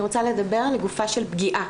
אני רוצה לדבר לגופה של פגיעה.